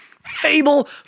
Fable